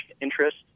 interest